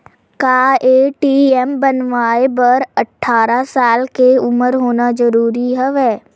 का ए.टी.एम बनवाय बर अट्ठारह साल के उपर होना जरूरी हवय?